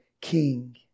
king